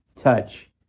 touch